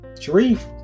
Sharif